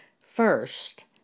first